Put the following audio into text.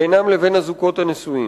בינם לבין הזוגות הנשואים.